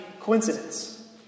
coincidence